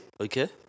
Okay